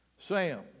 Sam